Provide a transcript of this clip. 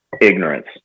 Ignorance